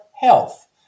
health